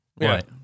Right